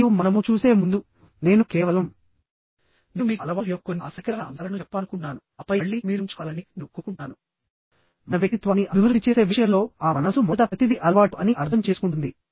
మరియు మనము చూసే ముందు నేను కేవలం నేను మీకు అలవాటు యొక్క కొన్ని ఆసక్తికరమైన అంశాలను చెప్పాలనుకుంటున్నానుఆపై మళ్ళీమీరుఉంచుకోవాలని నేను కోరుకుంటున్నాను మన వ్యక్తిత్వాన్ని అభివృద్ధి చేసే విషయంలో ఆ మనస్సు మొదట ప్రతిదీ అలవాటు అని అర్థం చేసుకుంటుంది